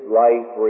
life